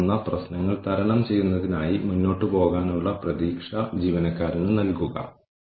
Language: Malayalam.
തുടർന്ന് ഉപഭോക്താക്കൾ കൂടുതൽ നഷ്ടപ്പെടുന്നത് തടയുന്നതിനുള്ള നടപടികൾ സ്വീകരിക്കാൻ നമ്മൾ തീരുമാനിക്കുന്നു